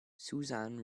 susan